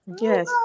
Yes